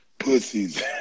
pussies